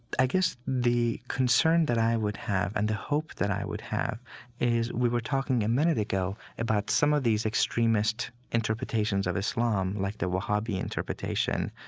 i guess the concern that i would have and the hope that i would have is we were talking a minute ago about some of these extremist interpretations of islam, like the wahhabi interpretation,